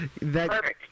Perfect